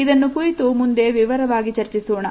ಇದನ್ನು ಕುರಿತು ಮುಂದೆ ವಿವರವಾಗಿ ಚರ್ಚಿಸೋಣ